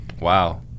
Wow